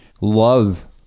love